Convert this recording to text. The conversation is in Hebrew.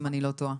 אם אני לא טועה.